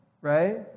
right